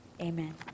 Amen